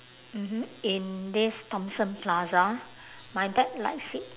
mmhmm in this thomson plaza my dad likes it